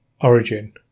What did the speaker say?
origin